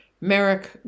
Merrick